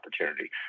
opportunity